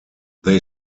they